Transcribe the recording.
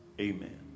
Amen